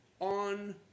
on